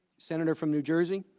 senator from new jersey